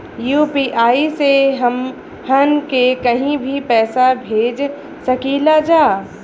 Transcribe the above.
UPI से हमहन के कहीं भी पैसा भेज सकीला जा?